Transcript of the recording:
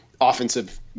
offensive